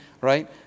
right